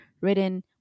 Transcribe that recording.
written